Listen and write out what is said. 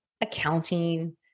accounting